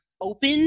open